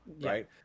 right